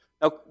Now